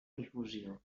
difusió